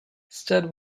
stead